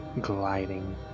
gliding